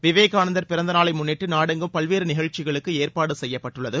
விவேகானந்தர் பிறந்தநாளை முன்னிட்டு நாடெங்கும் பல்வேறு நிகழ்ச்சிகளுக்கு ஏற்பாடு செய்யப்பட்டுள்ளது